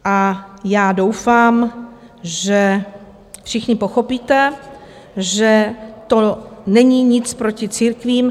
A já doufám, že všichni pochopíte, že to není nic proti církvím.